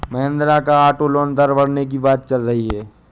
महिंद्रा का auto loan दर बढ़ने की बात चल रही है